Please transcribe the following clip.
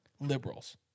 liberals